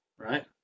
right